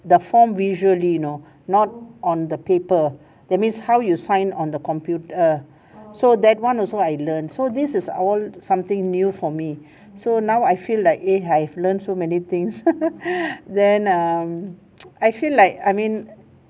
the form visually know not on the paper that means how you sign on the computer so that one also I learnt so this is all something new for me so now I feel like eh I've learnt so many things then um I feel like I mean